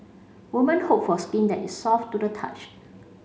women hope for skin that is soft to the touch